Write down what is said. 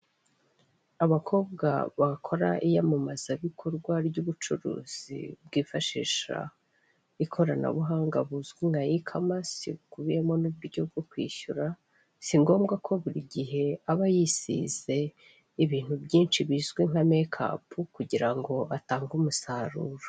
Abakobwa bakora iyamamazabikorwa ry'ubucuruzi bwifashisha ikoranabuhanga buzwi nka ikamase bukubiyemo n'uburyo bwo kwishyura, singomba ko buri gihe aba yisize ibintu byinshi bizwi nka mekapu kugira ngo atange umusaruro.